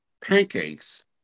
pancakes